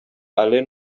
alain